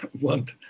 want